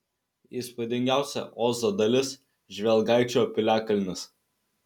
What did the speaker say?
įspūdingiausia ozo dalis žvelgaičio piliakalnis